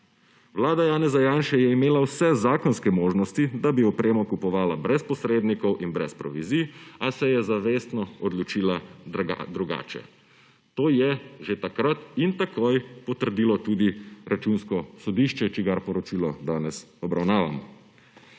Vlada Janeza Janše je imela vse zakonske možnosti, da bi opremo kupovala brez posrednikov in brez provizij, a se je zavestno odločila drugače. To je že takrat in takoj potrdilo tudi Računsko sodišče, čigar poročilo danes obravnavamo.